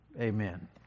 Amen